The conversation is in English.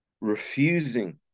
refusing